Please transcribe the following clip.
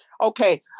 Okay